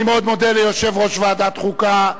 אני מאוד מודה ליושב-ראש ועדת חוקה,